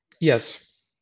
Yes